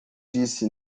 disse